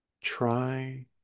try